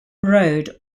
road